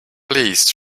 please